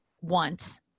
want